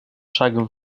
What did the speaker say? шагом